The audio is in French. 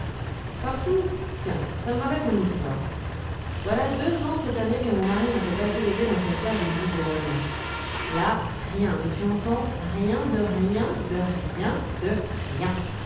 partout tiens ça me rappelle mon histoire voilà deux ans cette année que mon mari m'a fait passer l'été dans sa terre de bougrolles là rien mais tu entends rien de rien de rien de rien